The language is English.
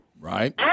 Right